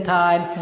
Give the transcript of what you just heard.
time